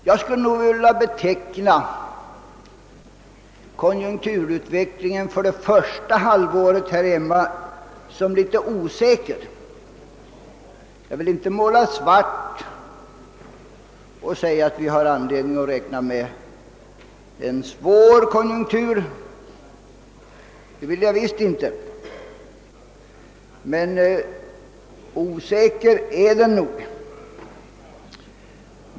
Jag skulle därför vilja beteckna konjunkturutvecklingen här hemma för det första halvåret som litet osäker. Jag vill visst inte måla svart och säga att vi har anledning att räkna med en svår konjunktur. Men osäker är den nog.